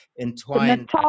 entwined